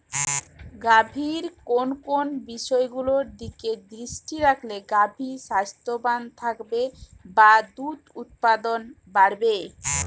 গাভীর কোন কোন বিষয়গুলোর দিকে দৃষ্টি রাখলে গাভী স্বাস্থ্যবান থাকবে বা দুধ উৎপাদন বাড়বে?